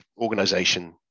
organization